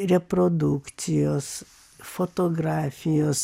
reprodukcijos fotografijos